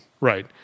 Right